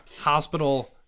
hospital